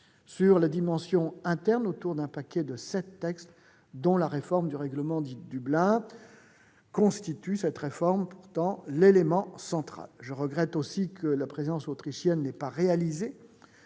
sur la dimension interne autour d'un paquet de sept textes, dont la réforme du règlement de Dublin constitue l'élément central. Je regrette aussi que la présidence autrichienne n'ait pas réalisé